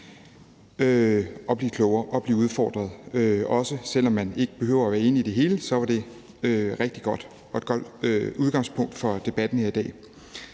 at blive klogere og blive udfordret. Og selv om man ikke var enig i det hele, var det rigtig godt, og det var et godt udgangspunkt for debatten her i dag.